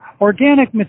organic